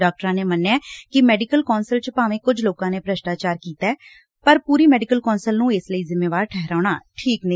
ਡਾਕਟਰਾਂ ਨੇ ਮੰਨਿਆ ਕਿ ਸੈਡੀਕਲ ਕੌਂਸਲ ਚ ਭਾਵੇ ਕੁਝ ਲੋਕਾਂ ਨੇ ਭਿਸ਼ਟਾਚਾਰ ਕੀਤੈ ਪਰ ਪੁਰੀ ਮੈਡੀਕਲ ਕੌਂਸਲ ਨੂੰ ਇਸ ਲਈ ਜਿੰਮੇਵਾਰ ਠਹਿਰਾਉਣਾ ਠੀਕ ਨਹੀਂ